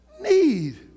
need